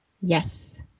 Yes